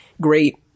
great